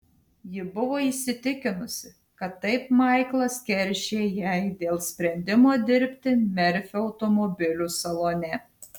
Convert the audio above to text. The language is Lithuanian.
ji buvo įsitikinusi kad taip maiklas keršija jai dėl sprendimo dirbti merfio automobilių salone